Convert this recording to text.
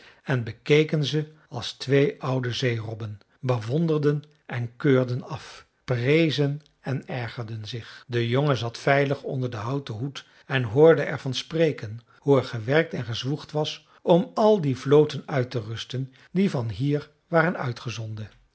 en bekeken ze als twee oude zeerobben bewonderden en keurden af prezen en ergerden zich de jongen zat veilig onder den houten hoed en hoorde er van spreken hoe er gewerkt en gezwoegd was om al die vloten uit te rusten die van hier waren uitgezonden